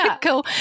go